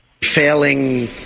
Failing